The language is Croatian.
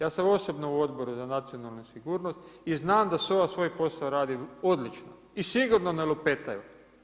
Ja sam osobno u Odboru za nacionalnu sigurnost i znam da SOA svoj posao radi odlično i sigurno ne lupetaju.